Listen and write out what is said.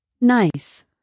Nice